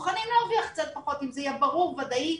מוכנים להרוויח קצת פחות אם זה יהיה ברור וודאי,